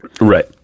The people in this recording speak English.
right